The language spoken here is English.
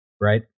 right